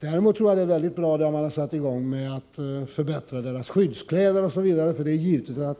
Däremot är arbetet man satt i gång med att förbättra skyddskläderna bra.